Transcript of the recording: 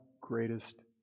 greatest